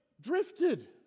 drifted